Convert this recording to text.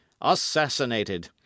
assassinated